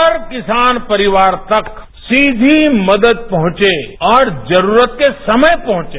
हर किसान परिवार तक सीधी मदद पहुंचेऔर जरूरत के समय पहुंचे